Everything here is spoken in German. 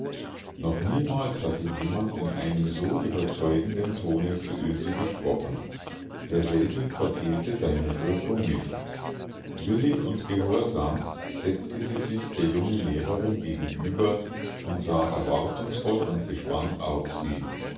noch niemals hatte jemand in einem so überzeugenden tone zu ilse gesprochen derselbe verfehlte seine wirkung nicht willig und gehorsam setzte sie sich der jungen lehrerin gegenüber und sah erwartungsvoll und gespannt auf sie